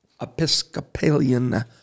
Episcopalian